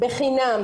בחינם,